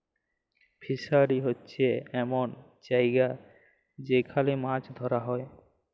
fishery হছে এমল জায়গা যেখালে মাছ ধ্যরা হ্যয়